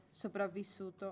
sopravvissuto